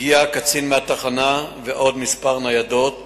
הגיעו קצין מהתחנה ועוד כמה ניידות